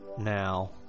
now